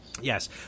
Yes